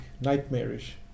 nightmarish